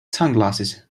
sunglasses